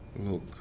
look